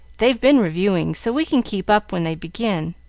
they've been reviewing, so we can keep up when they begin,